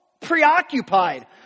preoccupied